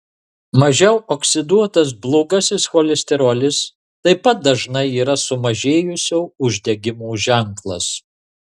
mažiau oksiduotas blogasis cholesterolis taip pat dažnai yra sumažėjusio uždegimo ženklas